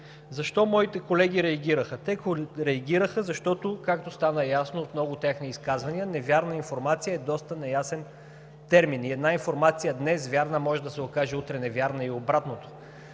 Защо моите колеги реагираха? Те реагираха, защото, както стана ясно от много техни изказвания, невярна информация е доста неясен термин и една информация днес вярна, може да се окаже утре невярна и обратното.